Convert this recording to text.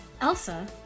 Elsa